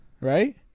Right